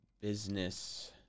business